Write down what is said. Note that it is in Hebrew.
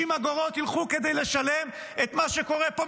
60 אגורות ילכו כדי לשלם את מה שקורה פה,